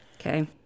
Okay